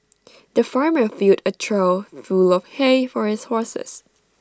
the farmer filled A trough full of hay for his horses